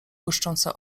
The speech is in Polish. błyszczące